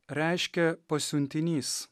reiškia pasiuntinys